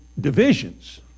divisions